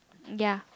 ya